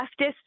leftist